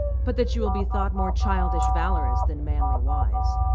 but that you will be thought more childish-valourous than manly-wise.